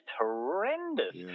horrendous